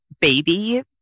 baby